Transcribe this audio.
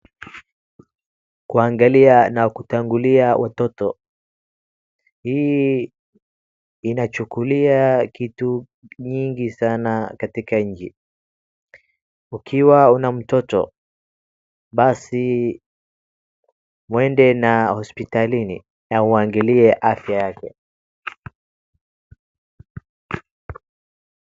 Kuangalia na kutangulia watoto hii inachukilia kitu nyingi sana katika inchi, ukiwa una mtoto basi uende na hospitalini na uangalie afya yake.